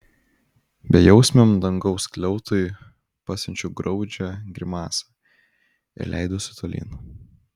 bejausmiam dangaus skliautui pasiunčiau graudžią grimasą ir leidausi tolyn